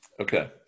Okay